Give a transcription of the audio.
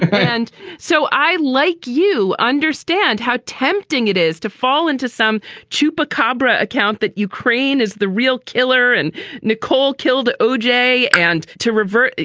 and so i, like you understand how tempting it is to fall into some tupa cobre account that ukraine. is the real killer and nicole killed o j. and to revert.